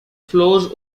flows